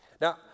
Now